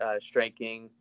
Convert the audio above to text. striking